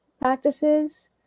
practices